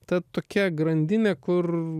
ta tokia grandinė kur